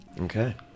Okay